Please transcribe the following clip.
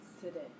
Today